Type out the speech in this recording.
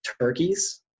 turkeys